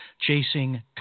Chasing